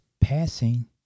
passing